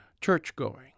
Church-going